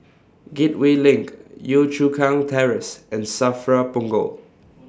Gateway LINK Yio Chu Kang Terrace and SAFRA Punggol